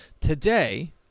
Today